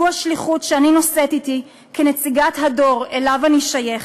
זו השליחות שאני נושאת אתי כנציגת הדור שאליו אני שייכת.